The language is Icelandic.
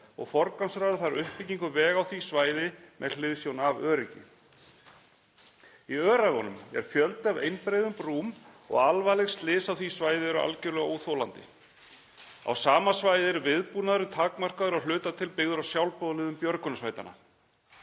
og forgangsraða þarf uppbyggingu vega á því svæði með hliðsjón af öryggi. Í Öræfunum er fjöldi af einbreiðum brúm og alvarleg slys á því svæði eru algerlega óþolandi. Á sama svæði er viðbúnaðurinn takmarkaður, að hluta til byggður á sjálfboðaliðum björgunarsveitanna.